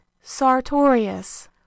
sartorius